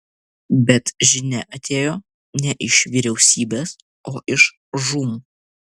bet žinia atėjo ne iš vyriausybės o iš žūm